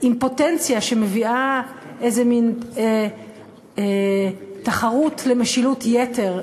ולאימפוטנציה שמביאה איזה מין תחרות למשילות יתר,